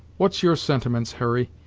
what's your sentiments, hurry,